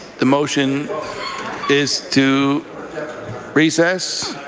the motion is to recess.